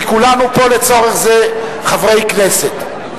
כי כולנו פה לצורך זה חברי בכנסת.